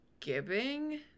giving